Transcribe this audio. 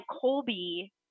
Colby